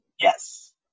Yes